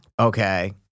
Okay